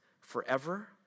forever